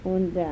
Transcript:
Und